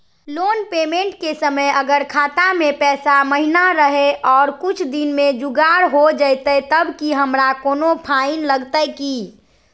Loan payment के समय अगर खाता में पैसा महिना रहै और कुछ दिन में जुगाड़ हो जयतय तब की हमारा कोनो फाइन लगतय की?